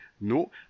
No